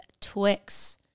Twix